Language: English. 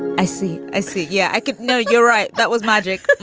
i see, i see, yeah, i could. no, you're right. that was magic.